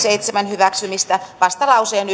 hyväksymistä vastalauseen